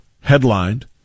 headlined